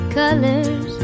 colors